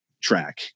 track